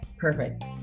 perfect